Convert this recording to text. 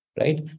Right